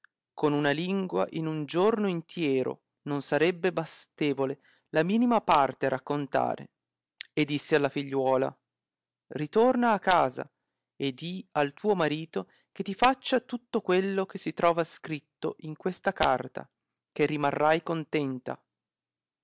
che una lingua in un giorno intiero non sarebbe bastevole la minima parte a raccontare e disse alla figliuola ritorna a casa e dì al tuo marito che ti faccia tutto quello che si trova scritto in questa carta che rimarrai contenta